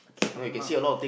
okay come uh